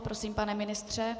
Prosím, pane ministře.